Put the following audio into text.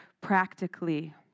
practically